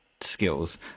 skills